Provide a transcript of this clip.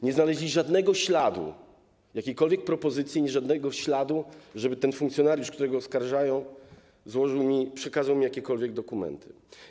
Nie znaleźli żadnego śladu jakiejkolwiek propozycji, żadnego śladu, żeby ten funkcjonariusz, którego oskarżają, złożył mi, przekazał mi jakiekolwiek dokumenty.